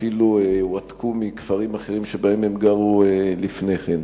אפילו הועתקו מכפרים אחרים שבהם הם גרו לפני כן.